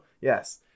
Yes